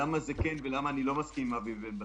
אנחנו עסקים חיוניים,